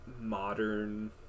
modern